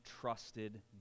trusted